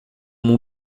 mon